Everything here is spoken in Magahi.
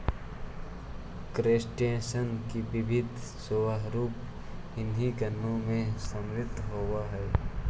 क्रस्टेशियन के विविध स्वरूप इन्हीं गणों में समाहित होवअ हई